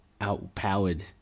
outpowered